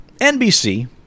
NBC